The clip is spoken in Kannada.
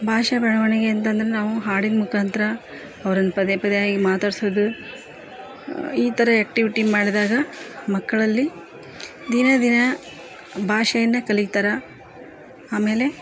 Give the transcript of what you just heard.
ಭಾಷಾ ಬೆಳವಣಿಗೆ ಅಂತಂದ್ರೆ ನಾವು ಹಾಡಿನ ಮುಖಾಂತ್ರ ಅವ್ರನ್ನು ಪದೇ ಪದೇಯಾಗಿ ಮಾತಾಡಿಸೋದು ಈ ಥರ ಆ್ಯಕ್ಟಿವಿಟಿ ಮಾಡಿದಾಗ ಮಕ್ಕಳಲ್ಲಿ ದಿನೇ ದಿನ ಭಾಷೆಯನ್ನ ಕಲಿತಾರೆ ಆಮೇಲೆ